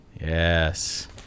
Yes